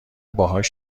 باهاش